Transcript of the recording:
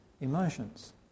emotions